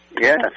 Yes